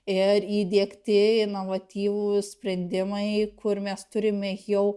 ir įdiegti inovatyvūs sprendimai kur mes turime jau